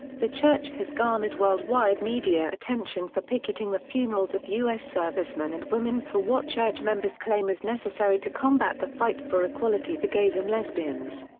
the church has garnered world-wide media attention for picketing the funerals of u s. servicemen and women for what church members claim as necessary to combat the fight for equality for gays and lesbians.